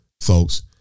folks